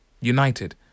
United